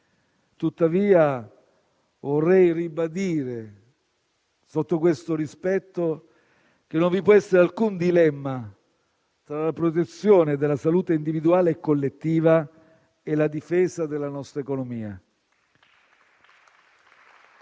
Tuttavia vorrei ribadire, sotto questo aspetto, che non vi può essere alcun dilemma fra la protezione della salute individuale e collettiva e la difesa della nostra economia.